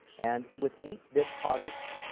and with eight bit posits,